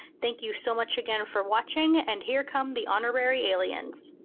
thank you so much again for watching, and here come the honorary aliens.